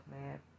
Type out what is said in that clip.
man